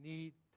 need